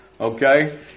okay